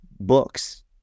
Books